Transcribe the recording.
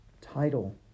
title